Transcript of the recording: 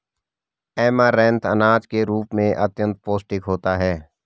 amaranth अनाज के रूप में अत्यंत पौष्टिक होता है